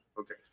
Okay